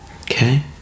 Okay